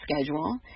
schedule